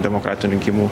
demokratinių rinkimų